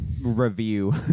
review